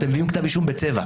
אתם מביאים כתב אישום בצבע.